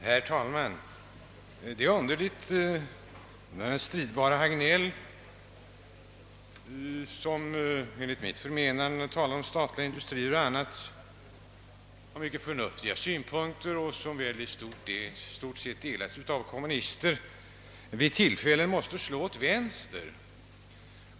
Herr talman! Det är underligt att den stridbare herr Hagnell, som när han talar om statliga industrier m.m. enligt mitt förmenande har mycket förnuftiga synpunkter, vilka väl i stort sett delas av kommunister, ibland måste slå åt vänster.